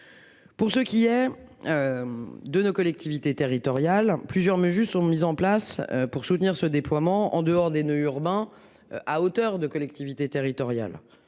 Pour ceux qui hier. De nos collectivités territoriales plusieurs mais juste sur une mise en place pour soutenir ce déploiement en dehors des noeuds urbains à hauteur de collectivités territoriales.